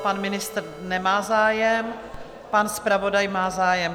Pan ministr nemá zájem, pan zpravodaj má zájem.